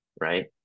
Right